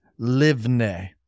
livne